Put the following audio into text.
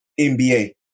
NBA